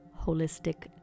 holistic